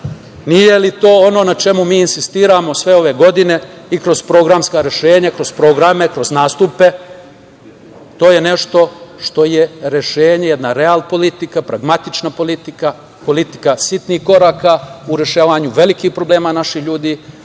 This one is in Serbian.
nije li to ono na čemu mi insistiramo sve ove godine i kroz programska rešenja, kroz programe, kroz nastupe. To je nešto što je rešenje, jedna real politika, pragmatična politika, politika sitnih koraka u rešavanju velikih problema naših ljudi,